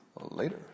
later